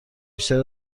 بیشتر